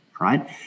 right